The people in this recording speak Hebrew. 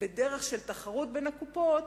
בדרך של תחרות בין הקופות,